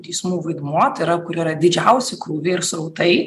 teismų vaidmuo tai yra kur yra didžiausi krūviai ir srautai